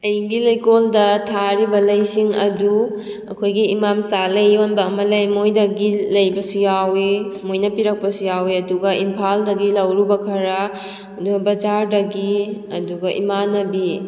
ꯑꯩꯒꯤ ꯂꯩꯀꯣꯜꯗ ꯊꯥꯔꯤꯕ ꯂꯩꯁꯤꯡ ꯑꯗꯨ ꯑꯩꯈꯣꯏꯒꯤ ꯏꯃꯥꯝꯆꯥ ꯂꯩ ꯌꯣꯟꯕ ꯑꯃ ꯂꯩ ꯃꯈꯣꯏꯗꯒꯤ ꯂꯩꯕꯁꯨ ꯌꯥꯎꯏ ꯃꯣꯏꯅ ꯄꯤꯔꯛꯄꯁꯨ ꯌꯥꯎꯏ ꯑꯗꯨꯒ ꯏꯝꯐꯥꯜꯗꯒꯤ ꯂꯧꯔꯨꯕ ꯈꯔ ꯑꯗꯨꯒ ꯕꯖꯥꯔꯗꯒꯤ ꯑꯗꯨꯒ ꯏꯃꯥꯟꯅꯕꯤ